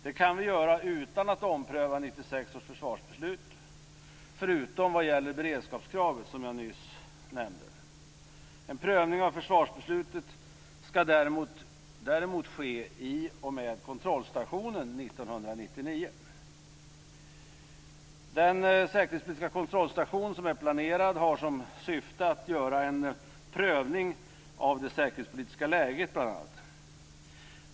Det kan vi göra utan att ompröva 1996 års försvarsbeslut förutom vad gäller beredskapskravet som jag nyss nämnde. En prövning av försvarsbeslutet skall däremot ske i och med kontrollstationen 1999. Den säkerhetspolitiska kontrollstation som är planerad har som syfte att göra en prövning av bl.a. det säkerhetspolitiska läget.